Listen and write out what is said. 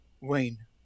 Wayne